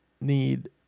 need